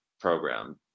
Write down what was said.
program